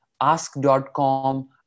Ask.com